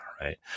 right